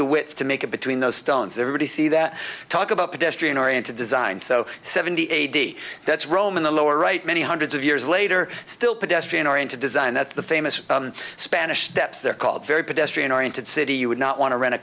width to make it between those stones everybody see that talk about pedestrian oriented design so seventy eighty that's rome in the lower right many hundreds of years later still pedestrian oriented design that the famous spanish steps they're called very pedestrian oriented city you would not want to rent a